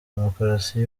demukarasi